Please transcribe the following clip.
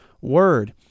word